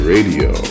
Radio